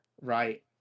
right